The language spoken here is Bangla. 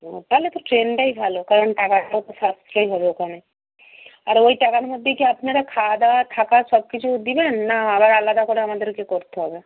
ও তাহলে তো ট্রেনটাই ভালো কারণ টাকাটাও তো সাশ্রয় হবে ওখানে আর ওই টাকার মধ্যেই কি আপনারা খাওয়া দাওয়া থাকা সব কিছু দেবেন না আবার আলাদা করে আমাদেরকে করতে হবে